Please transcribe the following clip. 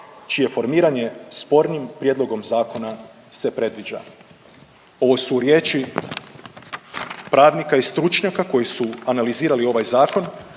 čije formiranje spornim prijedlogom zakona se predviđa. Ovo su riječi pravnika i stručnjaka koji su analizirali ovaj zakon.